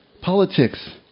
Politics